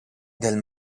del